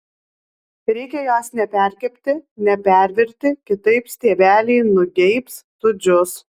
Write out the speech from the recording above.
reikia jos neperkepti nepervirti kitaip stiebeliai nugeibs sudžius